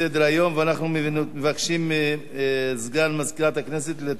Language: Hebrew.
אנחנו מבקשים מסגן מזכירת הכנסת לתת את הודעתו.